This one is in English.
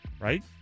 right